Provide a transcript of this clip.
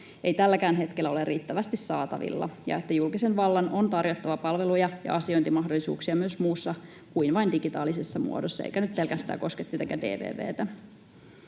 ei tälläkään hetkellä ole riittävästi saatavilla ja että julkisen vallan on tarjottava palveluja ja asiointimahdollisuuksia myös muussa kuin vain digitaalisessa muodossa — eikä nyt pelkästään koske tietenkään DVV:tä.